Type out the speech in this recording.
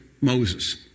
Moses